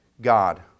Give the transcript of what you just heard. God